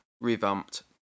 revamped